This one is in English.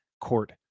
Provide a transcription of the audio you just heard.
court